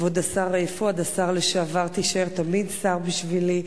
כבוד השר פואד, השר לשעבר, תישאר תמיד שר בשבילי,